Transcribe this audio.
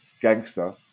gangster